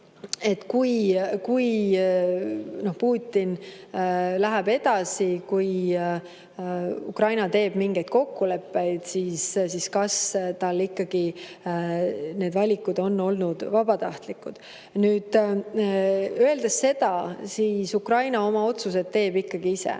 kui Putin läheb edasi, kui Ukraina teeb mingeid kokkuleppeid, siis kas tal ikkagi need valikud on olnud vabatahtlikud. Nüüd, tuleb öelda seda, et Ukraina oma otsused teeb ikkagi ise.